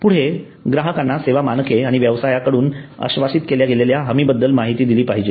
पुढे ग्राहकांना सेवा मानके आणि व्यवसायाकडून आश्वासित केल्या गेलेल्या हमींबद्दल माहिती दिली पाहिजे